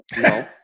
No